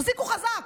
החזיקו חזק,